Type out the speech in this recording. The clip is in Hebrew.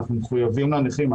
אנחנו מחויבים לנכים.